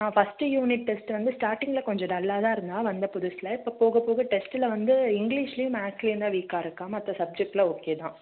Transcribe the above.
ஆ first unit test வந்து ஸ்டார்டிங்ல கொஞ்சம் டல்லாக தான் இருந்தாள் வந்த புதுசில் இப்போ போக போக டெஸ்ட்டில் வந்து இங்கிலீஷ்லையும் மேக்ஸ்லையும் தான் வீக்காக இருக்காள் மற்ற சப்ஜெக்ட்ல ஓகே தான்